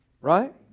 Right